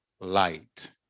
light